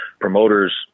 promoters